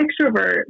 extrovert